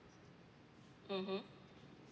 mmhmm